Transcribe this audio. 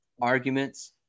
arguments